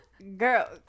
girl